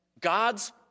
God's